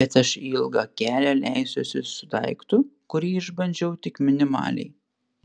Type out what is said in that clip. bet aš į ilgą kelią leisiuosi su daiktu kurį išbandžiau tik minimaliai